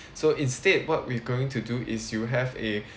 so instead what we going to do is you have a